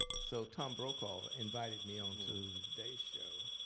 so tom brokaw invited me on to the today show.